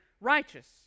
righteous